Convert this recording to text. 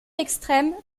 extrêmes